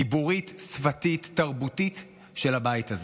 דיבורית, שפתית, תרבותית של הבית הזה.